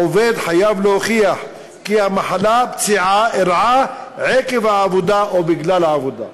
העובד חייב להוכיח כי המחלה-הפציעה אירעה עקב העבודה או בגלל העבודה.